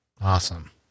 Awesome